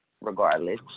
regardless